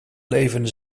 levende